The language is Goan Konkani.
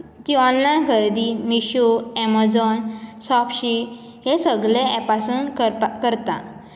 ती ऑनलायन खरेदी मिशो ऍमाझॉन श्योप्सी हे सगलें ऍपासून करपा करता